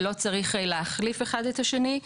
זה לא צריך להחליף אחד את השני.